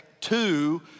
two